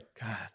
God